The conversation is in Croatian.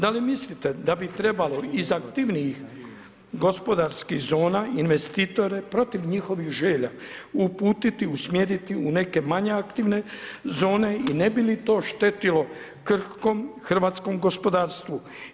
Da li mislite da bi trebalo iz aktivnijih gospodarskih zona investitore protiv njihov želja uputiti, usmjeriti, u neke manje aktivne zone i ne bi li to štetilo krhkom hrvatskom gospodarstvu.